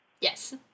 Yes